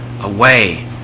away